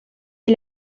est